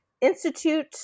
institute